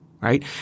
right